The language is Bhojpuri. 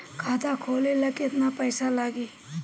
खाता खोले ला केतना पइसा लागी?